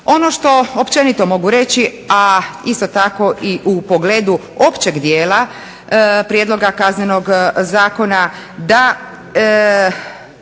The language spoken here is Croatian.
Ono što općenito mogu reći, a isto tako i u pogledu općeg dijela Prijedloga kaznenog zakona da